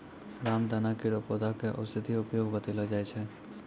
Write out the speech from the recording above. रामदाना केरो पौधा क औषधीय उपयोग बतैलो जाय छै